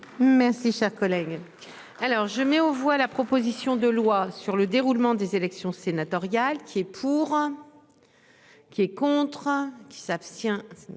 merci, cher collègue. Alors je mets aux voix, la proposition de loi sur le déroulement des élections sénatoriales qui est pour. Qui est contraint qui s'abstient.